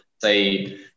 say